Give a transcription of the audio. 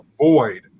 avoid